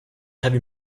heavy